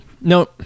No